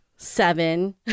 seven